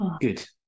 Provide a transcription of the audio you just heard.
good